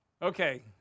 Okay